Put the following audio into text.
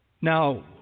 Now